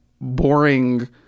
boring